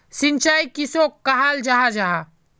सिंचाई किसोक कराल जाहा जाहा?